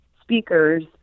speakers